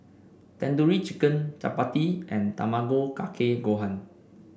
Tandoori Chicken Chapati and Tamago Kake Gohan